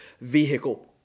vehicle